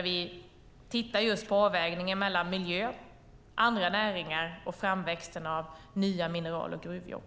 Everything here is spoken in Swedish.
Vi tittar just på avvägningen mellan miljö, andra näringar och framväxten av nya mineral och gruvjobb.